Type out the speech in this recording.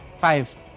Five